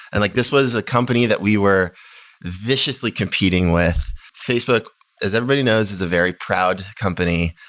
and like this was a company that we were viciously competing with. facebook as everybody knows is a very proud company.